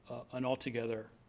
an altogether